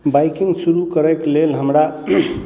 biking शुरू करय के लेल हमरा